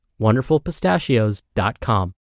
wonderfulpistachios.com